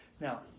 Now